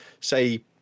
say